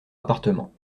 appartement